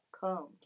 comes